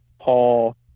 Paul